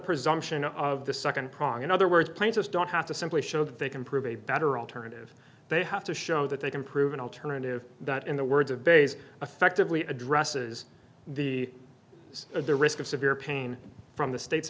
presumption of the second prong in other words plants us don't have to simply show that they can prove a better alternative they have to show that they can prove an alternative that in the words of bays effectively addresses the use of the risk of severe pain from the state